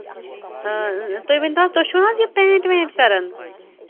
آ تُہۍ ؤنتو تُہۍ چھُو نہ حظ یہِ پینٹ وینٛٹ کَران